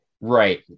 Right